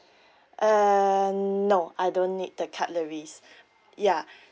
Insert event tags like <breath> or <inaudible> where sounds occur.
<breath> um no I don't need the cutleries <breath> ya